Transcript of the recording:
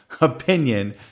opinion